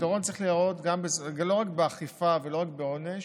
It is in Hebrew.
הפתרון צריך להיראות לא רק באכיפה ולא רק בעונש,